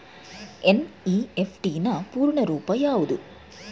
NEFT ನ ಪೂರ್ಣ ರೂಪ ಯಾವುದು?